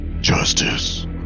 Justice